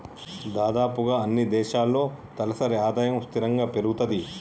దాదాపుగా అన్నీ దేశాల్లో తలసరి ఆదాయము స్థిరంగా పెరుగుతది